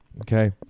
Okay